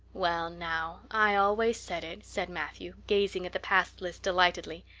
well now, i always said it, said matthew, gazing at the pass list delightedly.